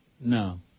No